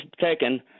taken